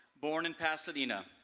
born in pasadena.